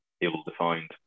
ill-defined